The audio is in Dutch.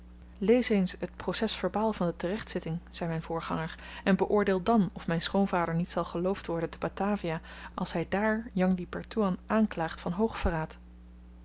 lees eens het proces-verbaal van de terechtzitting zei myn voorganger en beoordeel dan of myn schoonvader niet zal geloofd worden te batavia als hy dààr jang di pertoean aanklaagt van